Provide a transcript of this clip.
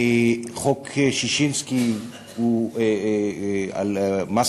חוק ששינסקי הוא הגון,